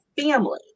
family